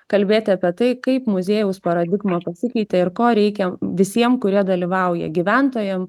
kalbėti apie tai kaip muziejaus paradigma pasikeitė ir ko reikia visiem kurie dalyvauja gyventojam